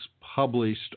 published